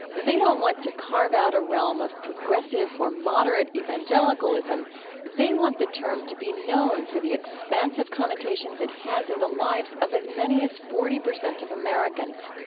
they don't want to carve out a realm of progressive or moderate evangelicalism. they want the term to be known for the expansive connotations it has in the lives of as many as forty percent of americans.